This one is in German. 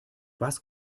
was